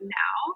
now